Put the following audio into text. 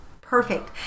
perfect